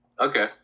okay